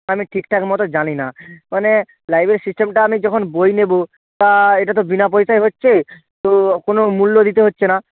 আমি ঠিকঠাক মতো জানি না মানে লাইব্রেরির সিস্টেমটা আমি যখন বই নেব তা এটা তো বিনা পয়সায় হচ্ছে তো কোনও মূল্য দিতে হচ্ছে না